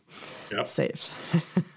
safe